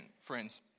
friends